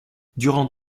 durant